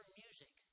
music